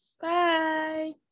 Bye